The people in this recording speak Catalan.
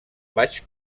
baix